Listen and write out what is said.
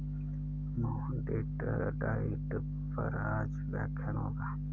मोहन डेट डाइट पर आज व्याख्यान होगा